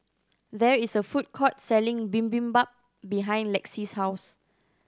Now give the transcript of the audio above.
there is a food court selling Bibimbap behind Lexie's house